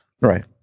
Right